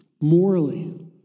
morally